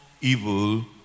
evil